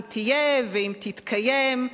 אם תהיה ואם תתקיים,